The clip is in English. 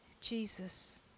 Jesus